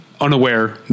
Unaware